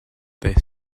they